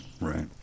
right